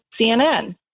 CNN